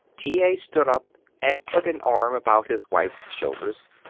t. a. stood up and put an arm about his wife's shoulders.